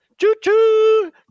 Choo-choo